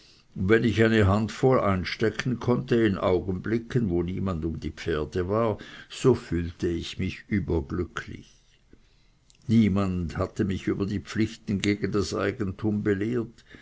wenn ich eine handvoll einstecken konnte in augenblicken wo niemand um die pferde war so fühlte ich mich überglücklich niemand hatte mich über die pflichten gegen das eigentum belehrt